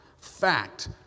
fact